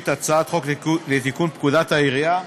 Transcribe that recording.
הצעת חוק לתיקון פקודת המשטרה (מס'